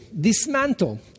dismantle